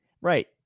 right